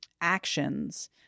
actions